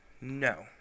No